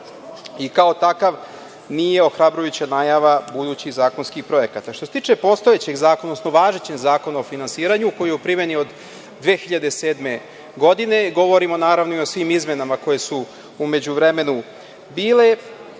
i kao takav nije ohrabrujuća najava budućih zakonskih projekata. Što se tiče postojećeg zakona, odnosno važećeg Zakona o finansiranju, koji je u primeni od 2007. godine, govorim naravno i o svim izmenama koje su u međuvremenu bile,